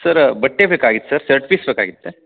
sir ಬಟ್ಟೆ ಬೇಕಾಗಿತ್ತು sir shirt piece ಬೇಕಾಗಿತ್ತು